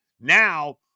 Now